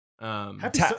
Happy